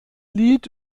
lied